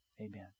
Amen